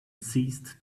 ceased